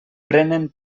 prenen